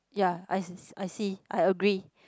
ya I I I see I agree